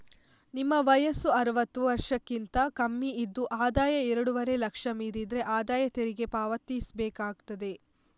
ನಿಮ್ಮ ವಯಸ್ಸು ಅರುವತ್ತು ವರ್ಷಕ್ಕಿಂತ ಕಮ್ಮಿ ಇದ್ದು ಆದಾಯ ಎರಡೂವರೆ ಲಕ್ಷ ಮೀರಿದ್ರೆ ಆದಾಯ ತೆರಿಗೆ ಪಾವತಿಸ್ಬೇಕಾಗ್ತದೆ